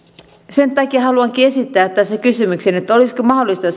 sen takia haluankin esittää tässä kysymyksen että olisiko mahdollista